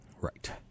Right